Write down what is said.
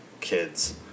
kids